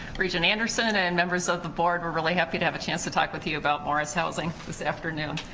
regent anderson and and members of the board, we're really happy to have a chance to talk with you about morris housing this afternoon.